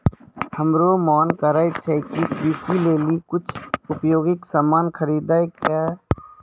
हमरो मोन करै छै कि कृषि लेली कुछ उपयोगी सामान खरीदै कै